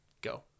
Go